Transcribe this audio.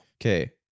Okay